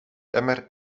emmer